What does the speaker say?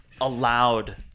allowed